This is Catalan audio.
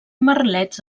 merlets